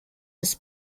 his